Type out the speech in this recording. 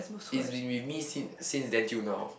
it's been with me since since then till now